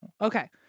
Okay